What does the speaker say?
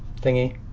Thingy